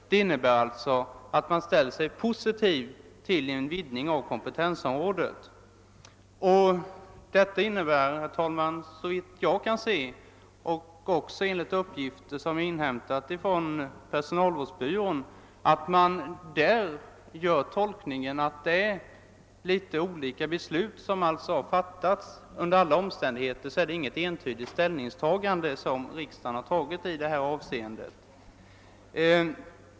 Det innebär alltså att man ställde sig positiv till en vidgning av kompetensområdet. Detta innebär såvitt jag kan finna — och det framgår av uppgifter som jag inhämtat från försvarsstabens personalvårdsbyrå att man där gör motsvarande tolkning — att värnpliktsriksdagen fattat i vissa stycken motstridande beslut. Det är under alla omständigheter ingen entydig ställning som den intagit i detta avseende.